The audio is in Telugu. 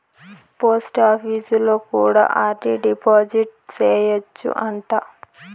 పోస్టాపీసులో కూడా ఆర్.డి డిపాజిట్ సేయచ్చు అంట